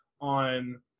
on